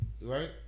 right